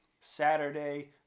Saturday